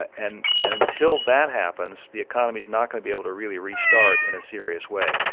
and and until that happens, the economy is not going to be able to really restart in a serious way.